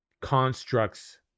constructs